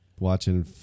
watching